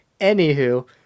Anywho